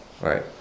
right